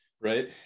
right